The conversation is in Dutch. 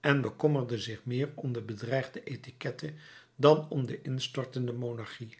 en bekommerde zich meer om de bedreigde etiquette dan om de instortende monarchie